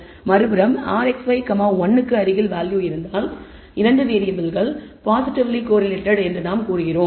மறுபுறம் rxy 1 க்கு அருகில் வேல்யூ இருந்தால் 2 வேறியபிள்கள் பாசிடிவ்லி கோரிலேடட் என்று நாங்கள் கூறுகிறோம்